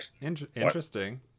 interesting